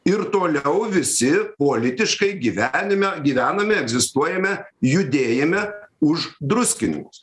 ir toliau visi politiškai gyvenime gyvename egzistuojame judėjime už druskininkus